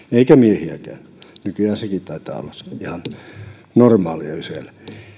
eikä miehiäkään nykyään sekin taitaa olla ihan normaalia jo siellä